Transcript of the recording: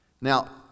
Now